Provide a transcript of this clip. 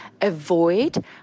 Avoid